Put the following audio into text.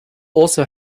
also